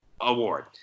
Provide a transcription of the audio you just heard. award